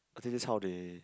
I think that's how they